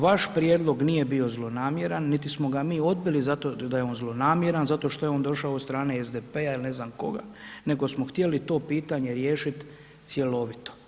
Vaš prijedlog nije bio zlonamjeran niti smo ga mi odbili zašto što je on zlonamjeran, zato što je on došao od strane SDP-a ili ne znam koga nego smo htjeli to pitanje riješiti cjelovito.